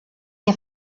què